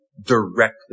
directly